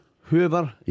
whoever